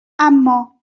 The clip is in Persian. اما